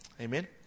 Amen